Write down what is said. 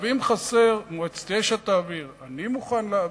ואם חסר, מועצת יש"ע תעביר, אני מוכן להעביר.